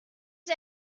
que